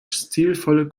stilvolle